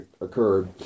occurred